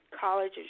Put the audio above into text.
college